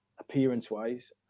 appearance-wise